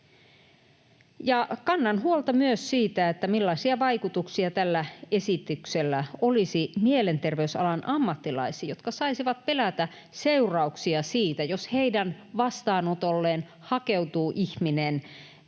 Kannan huolta myös siitä, millaisia vaikutuksia tällä esityksellä olisi mielenterveysalan ammattilaisiin, jotka saisivat pelätä seurauksia siitä, jos heidän vastaanotolleen hakeutuisi ihminen,